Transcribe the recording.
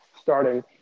starting